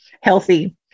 healthy